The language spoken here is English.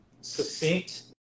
succinct